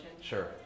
sure